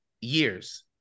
years